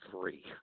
three